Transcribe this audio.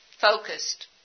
focused